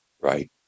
right